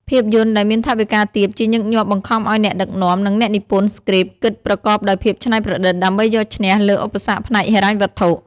ភាពយន្តដែលមានថវិកាទាបជាញឹកញាប់បង្ខំឲ្យអ្នកដឹកនាំ និងអ្នកនិពន្ធស្គ្រីបគិតប្រកបដោយភាពច្នៃប្រឌិត ដើម្បីយកឈ្នះលើឧបសគ្គផ្នែកហិរញ្ញវត្ថុ។